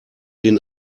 den